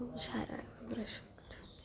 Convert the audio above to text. ખૂબ સારા પ્રદેશો છે